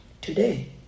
today